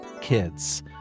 kids